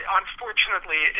unfortunately